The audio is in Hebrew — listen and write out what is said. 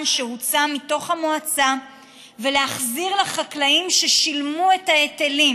שהוצא מתוך המועצה ולהחזיר לחקלאים ששילמו את ההיטלים,